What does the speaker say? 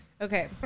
Okay